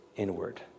inward